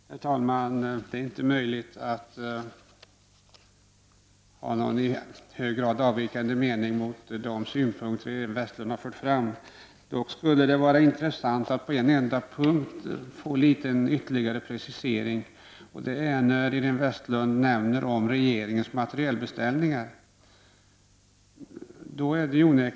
Herr talman! Det är inte möjligt att ha någon i hög grad avvikande mening gentemot de synpunkter som Iréne Vestlund har fört fram. Det skulle dock vara intressant att få en ytterligare precisering på en enda punkt. Det gäller vad Iréne Vestlund nämner om regeringens materielbeställningar.